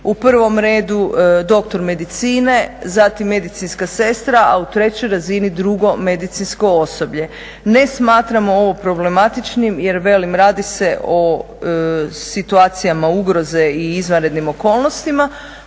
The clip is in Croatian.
u prvom redu doktor medicine, zatim medicinska sestra, a u trećoj razini drugo medicinsko osoblje. Ne smatramo ovo problematičnim jer velim radi se o situacijama ugroze i izvanrednim okolnostima,